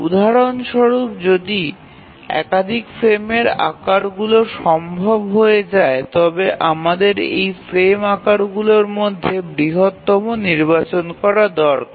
উদাহরণ স্বরূপ যদি একাধিক ফ্রেমের আকারগুলি সম্ভব হয়ে যায় তবে আমাদের সেই ফ্রেম আকারগুলির মধ্যে বৃহত্তম নির্বাচন করা দরকার